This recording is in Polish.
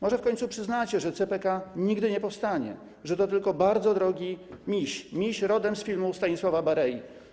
Może w końcu przyznacie, że CPK nigdy nie powstanie, że to tylko bardzo drogi miś, rodem z filmu Stanisława Barei.